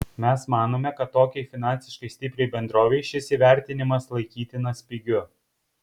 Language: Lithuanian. mes manome kad tokiai finansiškai stipriai bendrovei šis įvertinimas laikytinas pigiu